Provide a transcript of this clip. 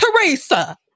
Teresa